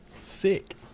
Sick